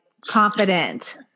confident